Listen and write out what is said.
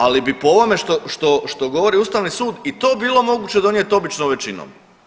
Ali bi po ovome što govori Ustavni sud i to bilo moguće donijeti običnom većinom.